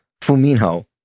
Fuminho